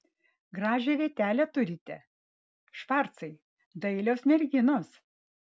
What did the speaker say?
gražią vietelę turite švarcai dailios merginos